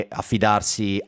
affidarsi